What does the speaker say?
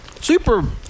super